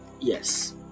Yes